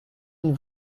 une